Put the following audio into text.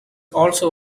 also